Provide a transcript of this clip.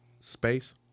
space